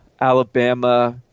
Alabama